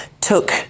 took